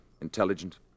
intelligent